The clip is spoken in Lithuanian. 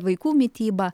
vaikų mityba